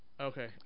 Okay